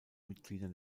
mitgliedern